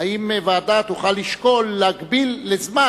האם ועדה תוכל לשקול להגביל לזמן.